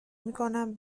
میکنم